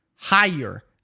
higher